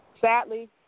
Sadly